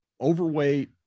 overweight